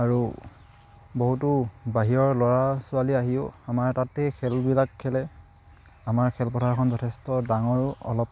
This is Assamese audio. আৰু বহুতো বাহিৰৰ ল'ৰা ছোৱালী আহিও আমাৰ তাতেই খেলবিলাক খেলে আমাৰ খেলপথাৰখন যথেষ্ট ডাঙৰো অলপ